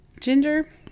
Ginger